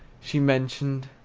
she mentioned,